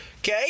Okay